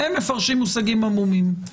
הם מפרשים מושגים עמומים.